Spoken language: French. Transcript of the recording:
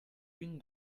une